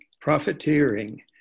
profiteering